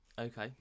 Okay